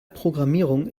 programmierung